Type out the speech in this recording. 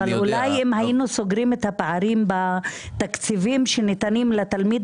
אבל אולי אם היינו סוגרים את הפערים בתקציבים שניתנים לתלמיד